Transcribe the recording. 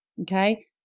Okay